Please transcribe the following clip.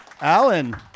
Alan